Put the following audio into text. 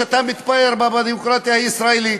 כשאתה מתפאר בדמוקרטיה הישראלית.